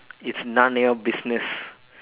it's narnia business